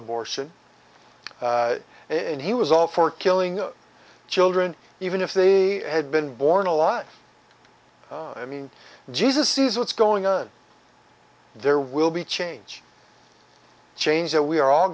abortion and he was all for killing children even if they had been born alive i mean jesus sees what's going on there will be change change that we are all